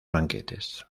banquetes